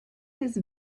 his